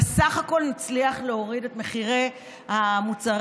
בסך הכול נצליח להוריד את מחירי המוצרים,